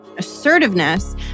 Assertiveness